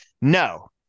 No